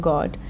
God